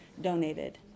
donated